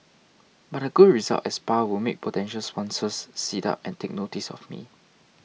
but a good result at spa will make potential sponsors sit up and take notice of me